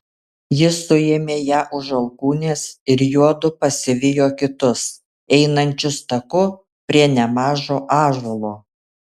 jis suėmė ją už alkūnės ir juodu pasivijo kitus einančius taku prie nemažo ąžuolo